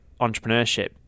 entrepreneurship